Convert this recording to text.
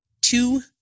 two